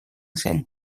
zen